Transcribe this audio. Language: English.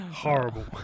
Horrible